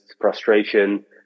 frustration